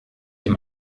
dem